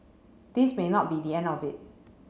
this may not be the end of it